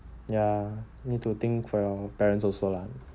ya need to think for your parents also lah